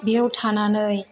बेयाव थानानै